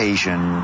Asian